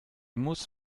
muss